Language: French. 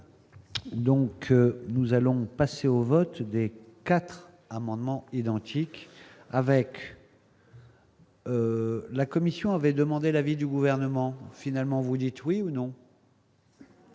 Donc, nous allons passer au vote dès 4 amendements identiques avec. La Commission avait demandé l'avis du gouvernement, finalement vous dites oui ou non.